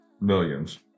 millions